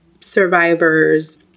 survivors